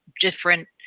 different